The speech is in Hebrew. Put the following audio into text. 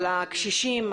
על הקשישים,